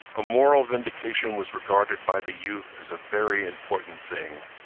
a moral vindication was regarded by the youth as a very important thing.